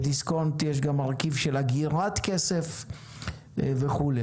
בדיסקונט יש גם מרכיב של אגירת כסף וכולי.